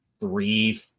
three